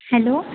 hello